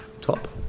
Top